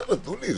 חבר'ה, תנו לי.